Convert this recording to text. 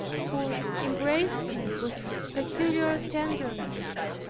who embraced me with peculiar tenderness,